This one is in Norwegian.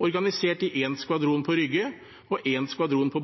organisert i én skvadron på Rygge og én skvadron på